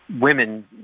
women